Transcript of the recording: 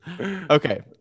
Okay